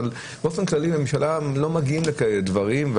אבל באופן כללי בממשלה לא מגיעים לכאלה דברים.